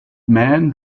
men